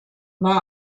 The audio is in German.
war